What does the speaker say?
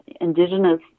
indigenous